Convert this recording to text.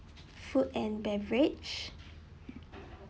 food and beverage